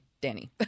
Danny